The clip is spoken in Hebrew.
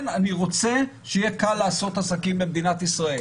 כן, אני רוצה שיהיה קל לעשות עסקים במדינת ישראל,